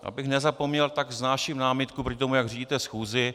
Abych nezapomněl, tak vznáším námitku proti tomu, jak řídíte schůzi.